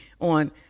on